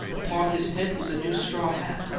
upon his head was a new straw hat,